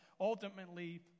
ultimately